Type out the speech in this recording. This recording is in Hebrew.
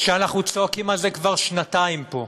אנחנו צועקים על זה כבר שנתיים פה.